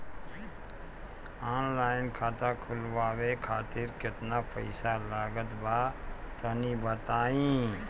Online खाता खूलवावे खातिर केतना पईसा लागत बा तनि बताईं?